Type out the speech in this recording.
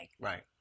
Right